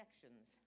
sections